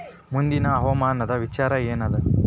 ಮುಂದಿನ ಹವಾಮಾನದ ವಿಚಾರ ಏನದ?